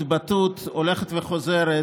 התבטאות הולכת וחוזרת